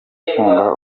inkunga